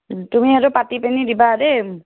তুমি সেইটো পাতি পিনি দিবা দেই